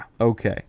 okay